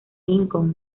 lincoln